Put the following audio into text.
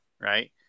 Right